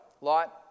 Lot